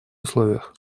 условиях